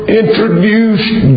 introduced